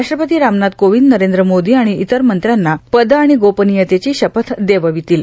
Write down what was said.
राष्ट्रपती रामनाथ कोविंद नरेंद्र मोदी आणि इतर मंत्र्यांना पद आणि गोपनियतेची शपथ देववितील